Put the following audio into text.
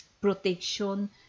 protection